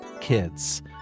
kids